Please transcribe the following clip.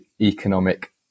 economic